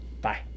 Bye